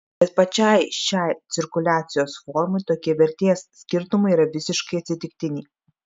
bet pačiai šiai cirkuliacijos formai tokie vertės skirtumai yra visiškai atsitiktiniai